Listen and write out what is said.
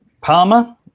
Palmer